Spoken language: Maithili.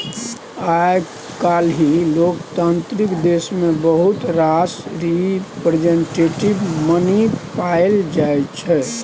आइ काल्हि लोकतांत्रिक देश मे बहुत रास रिप्रजेंटेटिव मनी पाएल जाइ छै